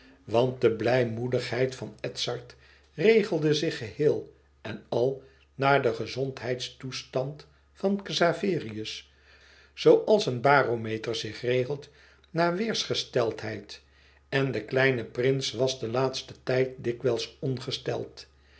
want de blijmoedigheid van edzard regelde zich geheel en al naar de gezondheidstoestand van xaverius zooals een barometer zich regelt naar weêrsgesteldheid en de kleine prins was den laatsten tijd dikwijls ongesteld